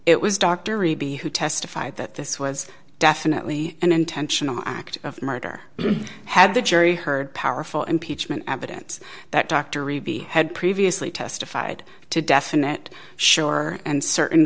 it was dr e b who testified that this was definitely an intentional act of murder had the jury heard powerful impeachment evidence that dr revie had previously testified to definite sure and certain